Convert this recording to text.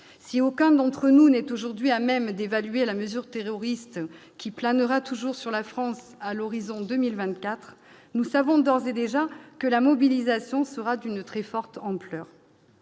si aucun d'entre nous n'est aujourd'hui à même d'évaluer la mesure terroriste qui planera toujours sur la France à l'horizon 2024, nous savons d'ores et déjà que la mobilisation sera d'une très forte ampleur.